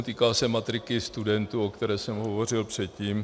Týká se matriky studentů, o které jsem hovořil předtím.